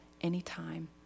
anytime